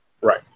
Right